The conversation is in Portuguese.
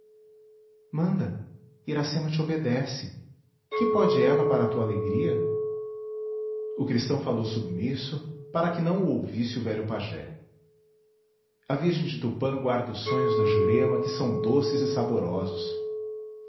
feliz manda iracema te obedece que pode ela para tua alegria o cristão falou submisso para que não o ouvisse o velho pajé a virgem de tupã guarda os sonhos da jurema que são doces e saborosos